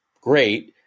great